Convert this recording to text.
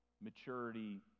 maturity